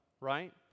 right